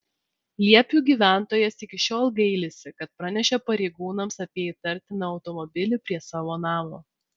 liepių gyventojas iki šiol gailisi kad pranešė pareigūnams apie įtartiną automobilį prie savo namo